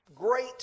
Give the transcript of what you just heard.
great